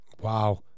Wow